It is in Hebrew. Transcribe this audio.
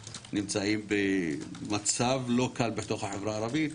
נמצאים במצב לא קל בתוך החברה הערבית,